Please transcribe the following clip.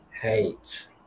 hate